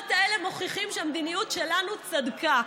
השבועות האלה מוכיחים שהמדיניות שלנו צדקה,